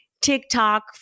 TikTok